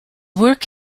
work